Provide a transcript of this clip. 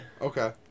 Okay